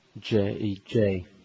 J-E-J